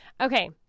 Okay